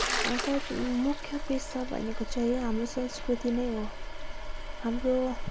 सायद मुख्य पेसा भनेको चाहिँ हाम्रो संस्कृति नै हो हाम्रो